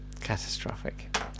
Catastrophic